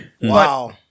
Wow